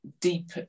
deep